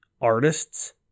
artists